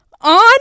on